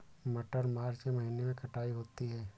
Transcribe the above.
मटर मार्च के महीने कटाई होती है?